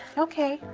okay,